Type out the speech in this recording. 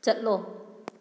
ꯆꯠꯂꯣ